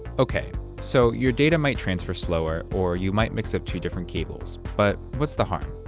okay, so your data might transfer slower, or you might mix up two different cables, but what's the harm?